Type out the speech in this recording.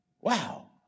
Wow